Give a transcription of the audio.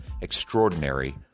extraordinary